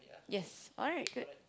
yes alright good